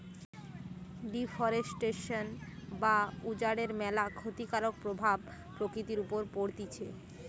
deforestation বা বন উজাড়ের ম্যালা ক্ষতিকারক প্রভাব প্রকৃতির উপর পড়তিছে